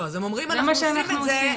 אז הם אומרים: אנחנו עושים את זה,